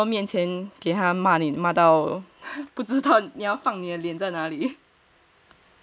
在 customer 面前给他骂你骂到不知把你的脸放在哪里